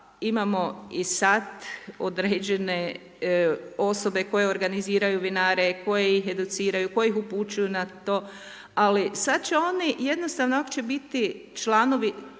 imamo i sad određene osobe koje organiziraju vinare, koje ih educiraju, koje ih upućuju na to ali sada će one jednostavno ako će biti članovi